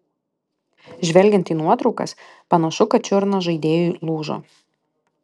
žvelgiant į nuotraukas panašu kad čiurna žaidėjui lūžo